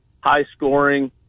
high-scoring